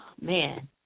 man